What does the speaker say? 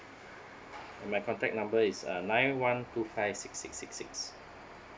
my contact number is uh nine one two five six six six six